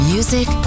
Music